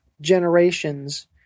generations